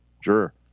sure